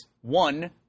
One